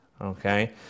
okay